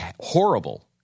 horrible